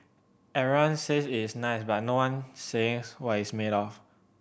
everyone says it's nice but no one says what it's made of